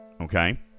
Okay